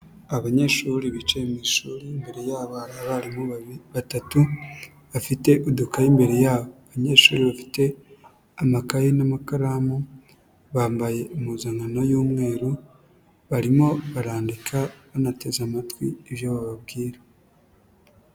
Abanyeshuri bicaye mu ishuri, imbere yabo abarimu batatu, bafite udukayi imbere yabo. Abanyeshuri bafite amakaye n'amakaramu, bambaye impuzankano y'umweru, barimo barandika, banateze amatwi ibyo bababwira.